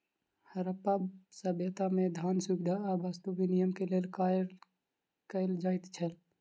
हरप्पा सभ्यता में, धान, सुविधा आ वस्तु विनिमय के लेल कयल जाइत छल